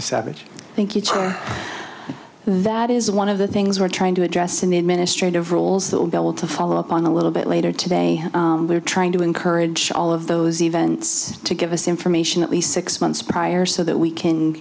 savage thank you that is one of the things we're trying to address in the administrative rules that will be able to follow up on a little bit later today we're trying to encourage all of those events to give us information at least six months prior so that we can